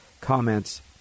comments